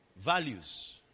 values